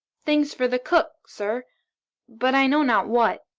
things for the cook, sir but i know not what.